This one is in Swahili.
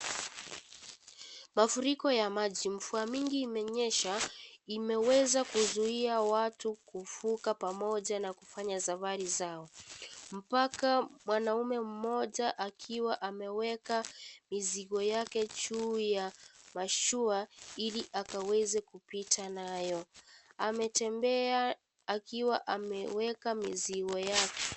Mafuriko ya maji, mvua nyingi imenyesha imeweza kuzuia watu kuvuka pamoja na kufanya safari zao mpaka mwanaume mmoja akiwa akiweka mizigo yake juu ya mashua ili akaweze kupita nayo. Ametembea akiwa ameweka mizigo yake.